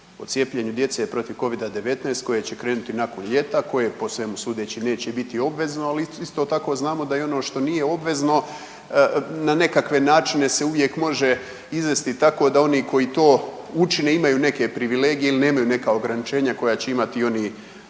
o cijepljenju djece protiv Covida-19 koje će krenuti nakon ljeta koje po svemu sudeći neće biti obvezno, ali isto tako znamo da i ono što nije obvezno na nekakve načine se uvijek može izvesti tako oni koji to učine imaju neke privilegije ili nema neka ograničenja koja će imati i